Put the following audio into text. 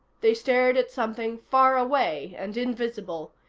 they stared at something far away and invisible,